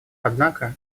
однако